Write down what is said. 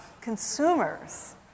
consumers